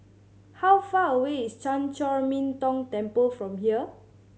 how far away is Chan Chor Min Tong Temple from here